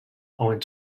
owing